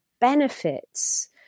benefits